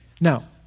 Now